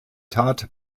tat